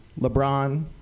LeBron